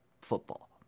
football